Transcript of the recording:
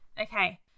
Okay